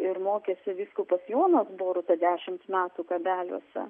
ir mokėsi vyskupas jonas boruta dešimt metų kabeliuose